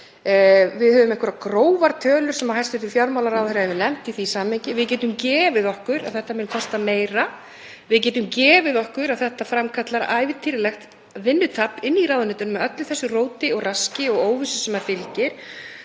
Við höfum einhverjar grófar tölur sem hæstv. fjármálaráðherra hefur nefnt í því samhengi og við getum gefið okkur að þetta mun kosta meira. Við getum gefið okkur að þetta framkallar ævintýralegt vinnutap í ráðuneytunum með öllu þessu róti og raski og óvissu sem fylgir.